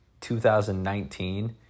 2019